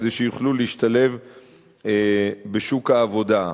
כדי שיוכלו להשתלב בשוק העבודה.